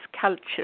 culture